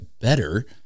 better